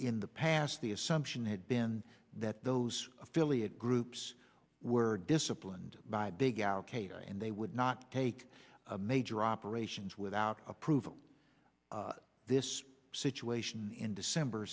in the past the assumption had been that those affiliate groups were disciplined by big al qaeda and they would not take major operations without approval this situation in december